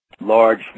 large